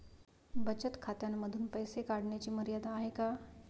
बचत खात्यांमधून पैसे काढण्याची मर्यादा आहे का?